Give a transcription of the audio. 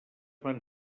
van